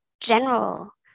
general